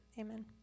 amen